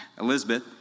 Elizabeth